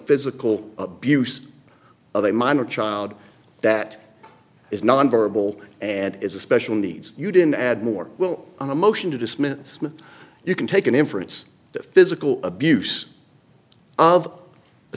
physical abuse of a minor child that is nonverbal and is a special needs you didn't add more well on a motion to dismiss smith you can take an inference that physical abuse of